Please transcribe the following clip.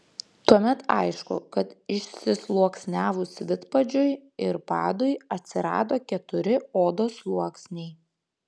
tuomet aišku kad išsisluoksniavus vidpadžiui ir padui atsirado keturi odos sluoksniai